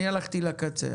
אני הלכתי לקצה.